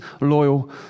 loyal